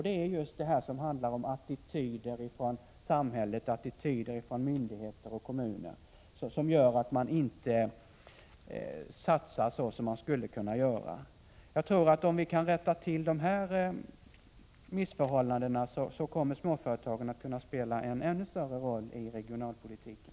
Det är just samhällets attityd, myndigheters och kommuners attityder, som gör att företagarna inte satsar så som de skulle kunna göra. Om vi kan rätta till dessa missförhållanden, kommer småföretagen att kunna spela en ännu större roll i regionalpolitiken.